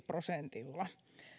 prosentilla